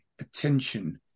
attention